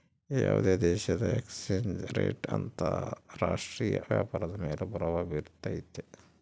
ಯಾವುದೇ ದೇಶದ exchange rate ಅಂತರ ರಾಷ್ಟ್ರೀಯ ವ್ಯಾಪಾರದ ಮೇಲೆ ಪ್ರಭಾವ ಬಿರ್ತೈತೆ